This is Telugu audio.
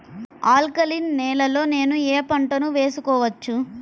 ఆల్కలీన్ నేలలో నేనూ ఏ పంటను వేసుకోవచ్చు?